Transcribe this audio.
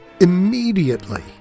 immediately